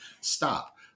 Stop